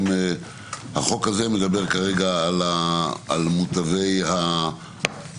החוק הזה מדבר כרגע על מוטבי הביטוח,